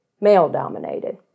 male-dominated